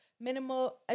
minimal